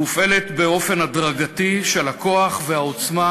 היא מופעלת באופן הדרגתי של הכוח והעוצמה,